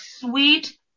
sweet